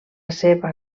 seva